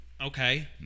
okay